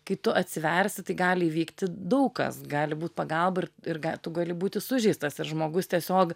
kai tu atsiversi tai gali įvykti daug kas gali būt pagalba ir ir ga tu gali būti sužeistas ir žmogus tiesiog